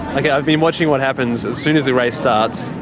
like i've been watching what happens, as soon as the race starts,